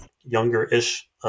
younger-ish